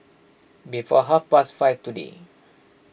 before half past five today